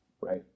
right